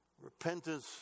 Repentance